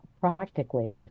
practically